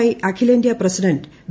I അഖിലേന്ത്യാ president V